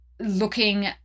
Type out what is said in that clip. looking